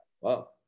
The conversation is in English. Wow